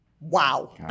Wow